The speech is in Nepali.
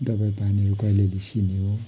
दबाईपानीहरू कहिले निस्किने हो